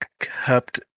kept